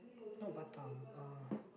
not Batam uh